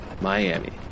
Miami